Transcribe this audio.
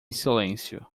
silêncio